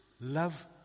Love